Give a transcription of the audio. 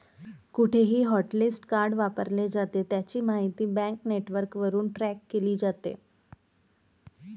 कुठेही hotlist card वापरले जाते, त्याची माहिती बँक नेटवर्कवरून ट्रॅक केली जाते